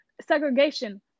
segregation